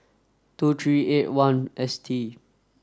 two three eight one S T